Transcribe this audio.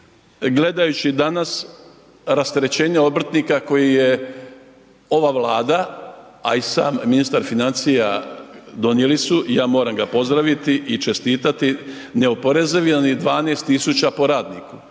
gledajući danas rasterećenje obrtnika koji je ova Vlada, a i sam ministar financija donijeli su i ja ga moram pozdraviti i čestiti, neoporezivih onih 12.000 po radniku.